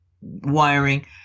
wiring